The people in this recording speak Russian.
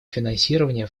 финансирования